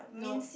nope